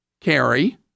carry